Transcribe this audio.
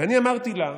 ואני אמרתי לה,